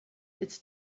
it’s